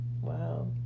Wow